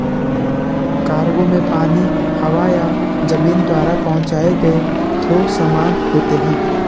cargo में पानी, हवा या जमीन द्वारा पहुंचाए गए थोक सामान होते हैं